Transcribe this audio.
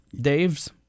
Dave's